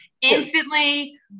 Instantly